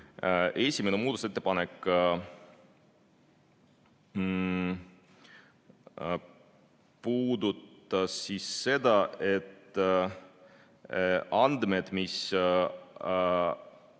Esimene muudatusettepanek puudutas seda, et andmed, mida